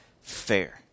fair